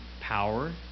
power